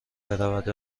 برود